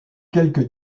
quelques